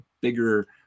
bigger